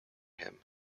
him